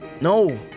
No